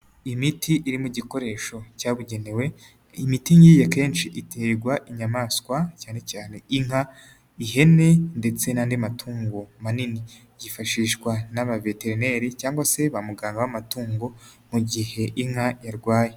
Imiti iri mu gikoresho cyabugenewe, imiti igiye akenshi iterwa inyamaswa cyane cyane inka, ihene ndetse n'andi matungo manini, yifashishwa n'abaveterineri cyangwa se bamu muganga w'amatungo mu gihe inka yarwaye.